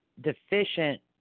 deficient